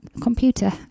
computer